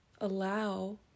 allow